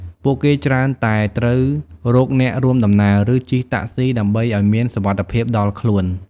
ពួកគេច្រើនតែត្រូវរកអ្នករួមដំណើរ ឬជិះតាក់ស៊ីដើម្បីឱ្យមានសុវត្ថិភាពដល់ខ្លួន។